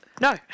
No